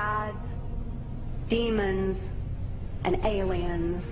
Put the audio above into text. god demons and aliens